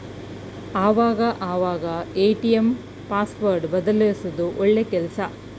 ಆವಾಗ ಅವಾಗ ATM password ಬದಲ್ಯಿಸೋದು ಒಳ್ಳೆ ಕೆಲ್ಸ